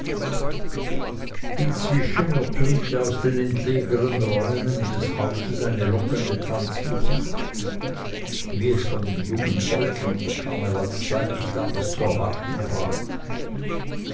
inzwischen ertönte aus den entlegeneren räumen des hauses eine lockende tanzmusik wie es von dem jungen volke und der karnevalszeit nicht anders zu erwarten war